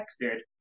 connected